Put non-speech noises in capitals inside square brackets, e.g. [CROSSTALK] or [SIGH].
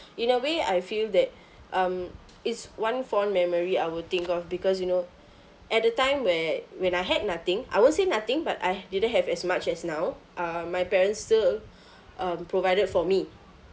in a way I feel that um it's one fond memory I will think of because you know at the time where when I had nothing I won't say nothing but I didn't have as much as now uh my parents still [BREATH] um provided for me